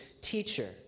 teacher